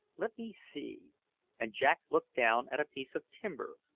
let me see and jack looked down at a piece of timber,